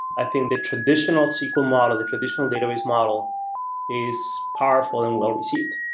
i think the traditional sql model, the traditional database model is powerful and well-received.